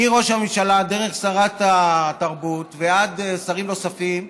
מראש הממשלה, דרך שרת התרבות ועד שרים נוספים,